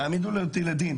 תעמידו אותי לדין'.